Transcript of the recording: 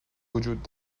وجود